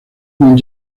con